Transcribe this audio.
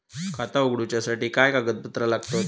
खाता उगडूच्यासाठी काय कागदपत्रा लागतत?